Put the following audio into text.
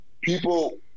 people